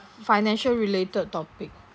financial related topic